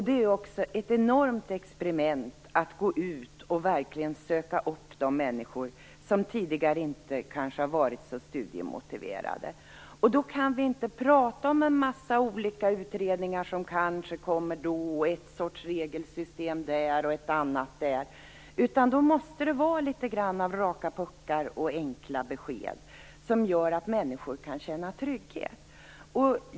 Det är också ett enormt experiment att gå ut och verkligen söka upp de människor som tidigare kanske inte har varit så studiemotiverade. Då kan vi inte prata om en massa olika utredningar som kanske kommer då och en sorts regelsystem där och en annan där. Då måste det vara litet grand av raka puckar och enkla besked som gör att människor kan känna trygghet.